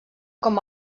com